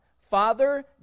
Father